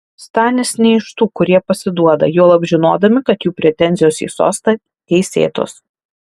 stanis ne iš tų kurie pasiduoda juolab žinodami kad jų pretenzijos į sostą teisėtos